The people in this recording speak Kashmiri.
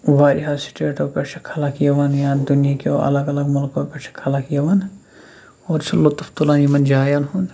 واریاہو سٹیٹو پٮ۪ٹھ چھِ خلق یِوان یا دُنہیٖکیو الگ الگ مُلکو پٮ۪ٹھ چھِ خلق یِوان اور چھِ لطف تُلَن یِمَن جایَن ہُنٛد